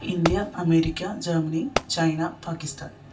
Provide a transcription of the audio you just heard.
India America Germany China Pakistan